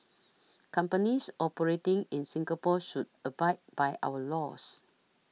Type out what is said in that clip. companies operating in Singapore should abide by our laws